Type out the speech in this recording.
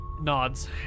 nods